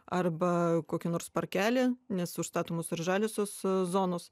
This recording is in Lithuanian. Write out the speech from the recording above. arba kokį nors parkelį nes užstatomos ir žaliosios zonos